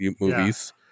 movies